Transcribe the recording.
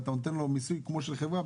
ואתה נותן לו מיסוי כמו של חברה,